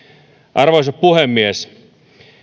arvoisa puhemies